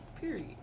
Period